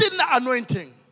anointing